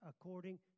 according